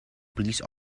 police